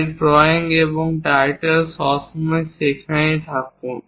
যে ড্রয়িং এবং টাইটেল সবসময় সেখানে থাকুন